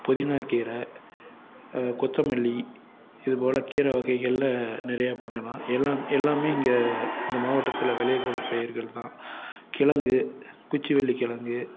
புதினாக்கீரை கொத்தமல்லி இது போல் கீரை வகைகளில் நிறையா பண்ணலாம் எல்லாம் எல்லாம் இங்கே இந்த மாவட்டத்தில் விளையக்கூடிய பயிர்கள் தான் கிழங்கு குச்சிவள்ளி கிழங்கு